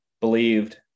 believed